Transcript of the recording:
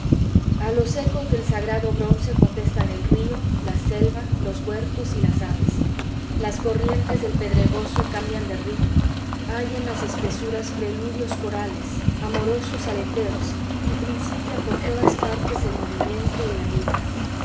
a los ecos del sagrado bronce contestan el río la selva los huertos y las aves las corrientes del pedregoso cambian de ritmo hay en las espesuras preludios corales amorosos aleteos y principia por todas partes el movimiento y la vida